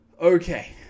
Okay